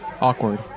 Awkward